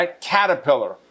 Caterpillar